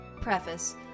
preface